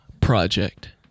Project